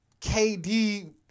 KD